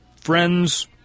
friends